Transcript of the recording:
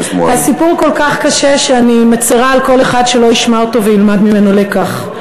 הסיפור כל כך קשה שאני מצרה על כל אחד שלא ישמע אותו וילמד ממנו לקח.